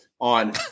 on